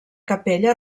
capella